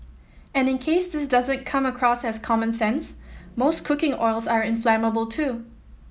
and in case this doesn't come across as common sense most cooking oils are inflammable too